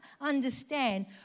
understand